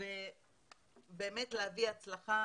ובאמת להביא הצלחה